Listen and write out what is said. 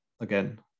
again